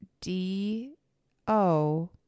D-O